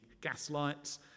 gaslights